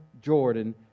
Jordan